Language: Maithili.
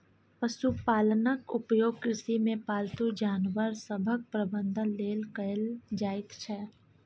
पशुपालनक उपयोग कृषिमे पालतू जानवर सभक प्रबंधन लेल कएल जाइत छै